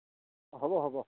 হ'ব হ'ব